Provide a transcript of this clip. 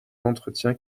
l’entretien